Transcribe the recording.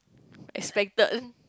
expected